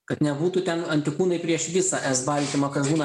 kad nebūtų ten antikūnai prieš visą s baltymą kas būna